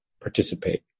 participate